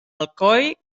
alcoi